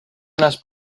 unes